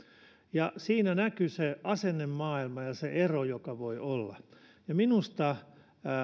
ja siinä näkyi se asennemaailma ja se ero joka voi olla minusta